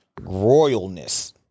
royalness